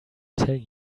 tell